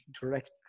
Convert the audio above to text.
direct